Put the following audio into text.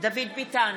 דוד ביטן,